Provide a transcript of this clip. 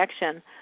action